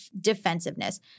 defensiveness